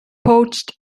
poached